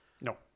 No